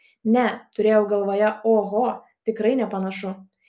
ne turėjau galvoje oho tikrai nepanašu